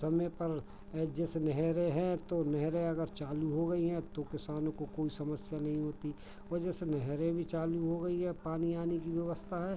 समय पर जैसे नहरें हैं तो नहरें अगर चालू हो गई हैं तो किसानों को कोई समस्या नहीं होती और जैसे नहरें भी चालू हो गई है अब पानी आने की व्यवस्था है